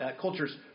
Culture's